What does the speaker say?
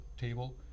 table